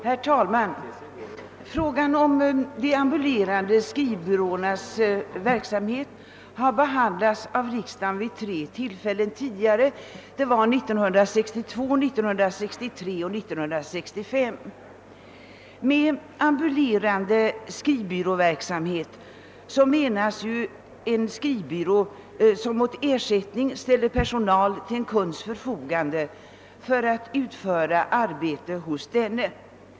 Herr talman! Frågan om de ambulerande skrivbyråernas verksamhet har behandlats av riksdagen vid tre tillfällen tidigare, nämligen 1962, 1963 och 1965. Med ambulerande skrivbyråverksamhet menas ju att en skrivbyrå mot ersättning ställer personal till en kunds förfogande för att utföra arbete hos denne.